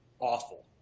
awful